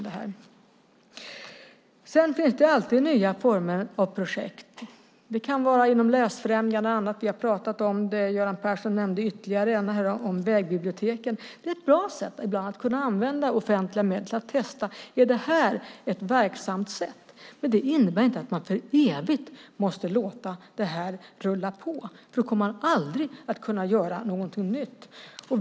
Det finns alltid nya former och projekt. Det kan vara inom läsfrämjande och annat. Vi har pratat om det. Göran Persson nämnde även vägbiblioteken. Det är ett bra att ibland kunna använda offentliga medel till att testa: Är det här ett verksamt sätt? Men det innebär inte att man för evigt måste låta det rulla på, för då kommer man aldrig att kunna göra någonting nytt.